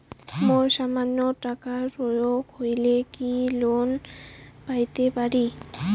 মোর সামান্য টাকার প্রয়োজন হইলে কি লোন পাইতে পারি?